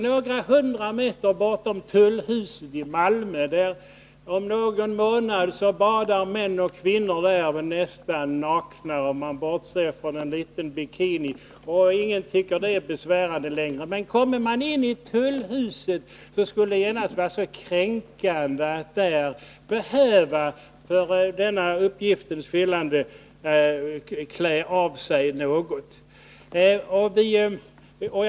Ett hundratal meter bortom tullhuset i Malmö badar om någon månad män och kvinnor nästan nakna, om man bortser från en liten bikini. Ingen tycker längre att det är besvärande, men kommer man in i tullhuset, skulle det genast vara så kränkande att där behöva klä av sig något för att vi skall kunna klara av den här uppgiften.